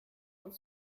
und